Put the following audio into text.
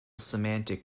semantic